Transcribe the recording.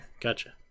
Gotcha